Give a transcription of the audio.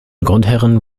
grundherren